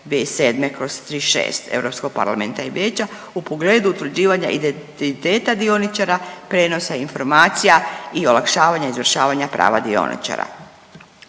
parlamenta i Vijeća u pogledu utvrđivanja identiteta dioničara, prijenosa informacija i olakšavanja izvršavanja prava dioničara.